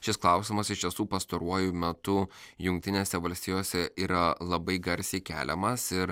šis klausimas iš tiesų pastaruoju metu jungtinėse valstijose yra labai garsiai keliamas ir